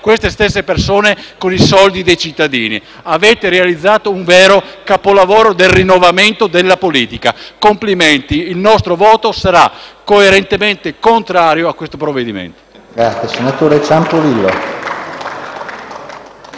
queste stesse persone con i soldi dei cittadini. Avete realizzato un vero capolavoro del rinnovamento della politica: complimenti. Il nostro voto sarà coerentemente contrario a questo provvedimento. (Ap- plausi dal